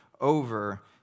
over